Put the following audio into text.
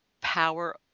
power